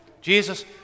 Jesus